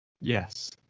Yes